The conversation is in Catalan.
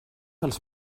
els